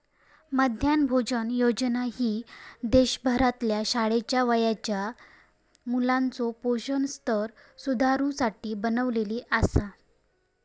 मध्यान्ह भोजन योजना ही देशभरातल्या शाळेच्या वयाच्या मुलाचो पोषण स्तर सुधारुसाठी बनवली आसा